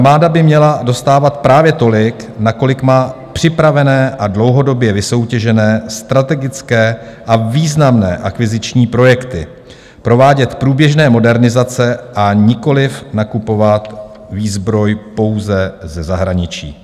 Armáda by měla dostávat právě tolik, na kolik má připravené a dlouhodobě vysoutěžené strategické a významné akviziční projekty, provádět průběžné modernizace, a nikoliv nakupovat výzbroj pouze ze zahraničí.